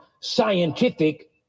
scientific